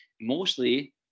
mostly